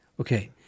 Okay